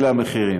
אלה המחירים.